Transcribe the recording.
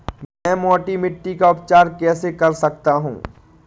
मैं मोटी मिट्टी का उपचार कैसे कर सकता हूँ?